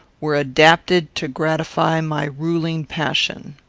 were adapted to gratify my ruling passion.